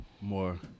more